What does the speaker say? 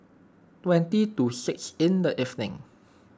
twenty to six in the evening